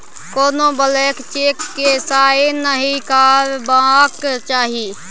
कोनो blank cheque केँ sign नहि करबाक चाही